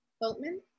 Boatman